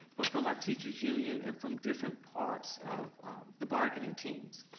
but from my teacher's union and from different parts of the bargaining teams.